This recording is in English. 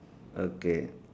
okay